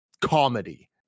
comedy